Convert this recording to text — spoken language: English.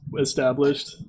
established